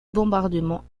bombardements